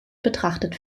betrachtet